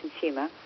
consumer